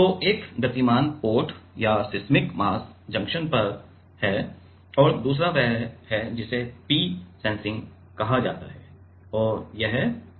तो एक गतिमान पार्ट या सिस्मिक मास जंक्शन पर है और दूसरा वह है जिसे P सेंसिंग कहा जाता है और यह P संदर्भ है